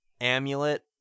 amulet